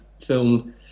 film